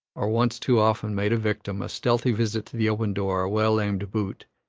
or once too often made a victim, a stealthy visit to the open door, a well-aimed boot,